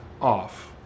Off